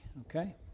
okay